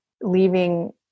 leaving